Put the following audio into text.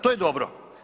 To je dobro.